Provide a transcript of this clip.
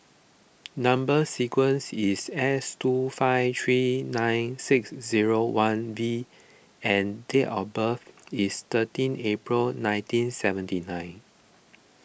Number Sequence is S two five three nine six zero one V and date of birth is thirteen April nineteen seventy nine